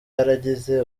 yaragize